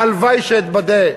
והלוואי שאתבדה.